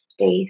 space